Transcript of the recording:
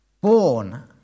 born